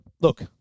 look